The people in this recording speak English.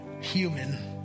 human